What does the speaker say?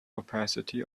opacity